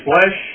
flesh